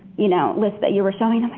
you know, list that you were showing